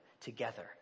together